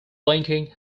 blinking